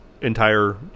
entire